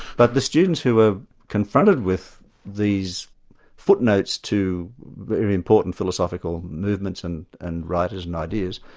but the students who were confronted with these footnotes to important philosophical movements and and writers and ideas,